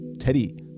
Teddy